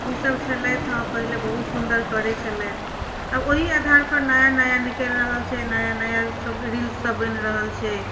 इसब छलथि हँ पहिले बहुत सुन्दर करै छलथि आब ओहि आधारपर नया नया निकलि रहल छै नया नया सब रील सब बनि रहल छै